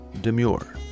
Demure